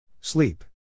Sleep